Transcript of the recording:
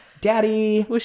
Daddy